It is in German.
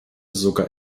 sogar